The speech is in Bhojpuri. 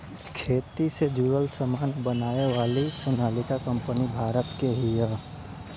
खेती से जुड़ल सामान बनावे वाली सोनालिका कंपनी भारत के हिय